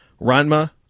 Ranma